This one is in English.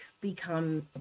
become